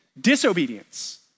disobedience